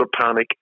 panic